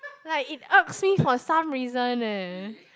like it irks me for some reason eh